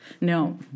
No